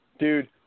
Dude